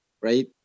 right